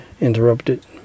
interrupted